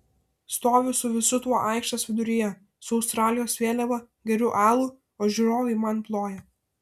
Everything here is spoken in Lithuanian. stoviu su visu tuo aikštės viduryje su australijos vėliava geriu alų o žiūrovai man ploja